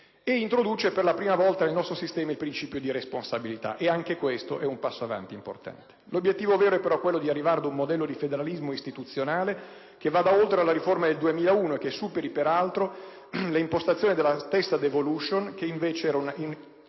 introduce per la prima volta nel nostro sistema il principio di responsabilità: anche questo è un passo avanti importante. L'obiettivo vero, però, è quello di arrivare ad un modello di federalismo istituzionale che vada oltre la riforma del 2001 e che superi, peraltro, le impostazioni della stessa *devolution*, che operava entro una